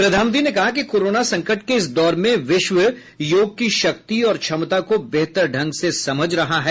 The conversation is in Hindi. प्रधानमंत्री ने कहा कि कोरोना संकट के इस दौर में विश्व योग की शक्ति और क्षमता को बेहतर ढंग से समझ रहा है